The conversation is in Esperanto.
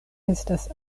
estas